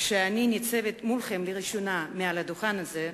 כשאני ניצבת מולכם לראשונה מעל הדוכן הזה,